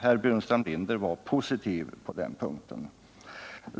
Herr Burenstam Linder var positiv på den punkten.